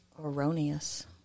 Erroneous